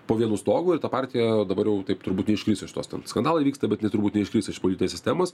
po vienu stogu ir ta partija dabar jau taip turbūt neiškris iš tos ten skandalai vyksta bet jinai turbūt neiškris iš politinės sistemos